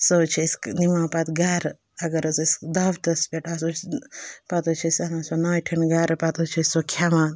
سُہ حظ چھِ أسۍ نِوان پَتہٕ گَرٕ اگر حظ أسۍ دعوتَس پٮ۪ٹھ آسو أسۍ پَتہٕ حظ چھِ أسۍ اَنان سۄ ناٹِہٮ۪ن گَرٕ پَتہٕ حظ چھِ أسۍ سۄ کھٮ۪وان